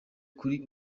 kuri